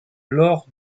lors